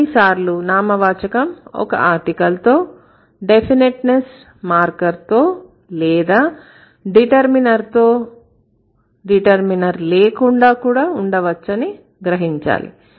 కొన్నిసార్లు నామవాచకం ఒక ఆర్టికల్ తో డెఫినిట్ నెస్ మార్కర్ తో లేదా డిటర్మినర్ తో డిటర్మినర్ లేకుండా కూడా ఉండవచ్చని గ్రహించాలి